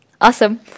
Awesome